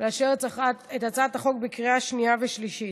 לאשר את הצעת החוק בקריאה שנייה ושלישית.